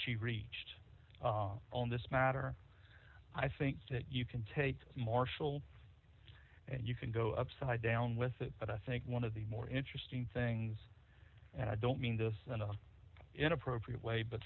she reached on this matter i think that you can take marshall and you can go upside down with it but i think one of the more interesting things and i don't mean this in an inappropriate way but